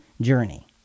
journey